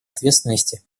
ответственности